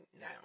now